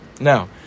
Now